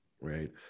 right